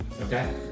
Okay